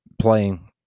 playing